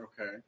Okay